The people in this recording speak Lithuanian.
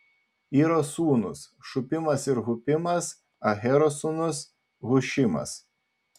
iro sūnūs šupimas ir hupimas ahero sūnus hušimas